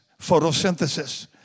photosynthesis